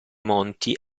monti